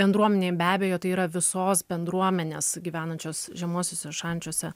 bendruomenėj be abejo tai yra visos bendruomenės gyvenančios žemuosiuose šančiuose